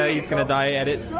ah he's gonna die at it